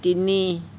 তিনি